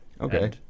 Okay